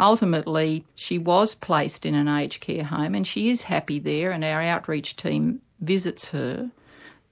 ah ultimately she was placed in an aged care home and she is happy there and our outreach team visits her